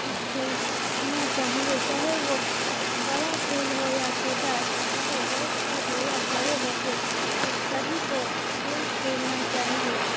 کھیلنا چاہیے چاہے وہ بڑا کھیل ہو یا چھوٹا چاہے بیٹھ کے ہو یا کھڑے ہو کے پر سبھی کو کھیل کھیلنا چاہیے